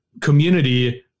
community